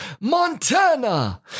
Montana